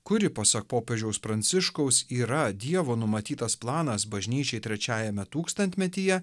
kuri pasak popiežiaus pranciškaus yra dievo numatytas planas bažnyčiai trečiajame tūkstantmetyje